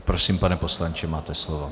Prosím, pane poslanče, máte slovo.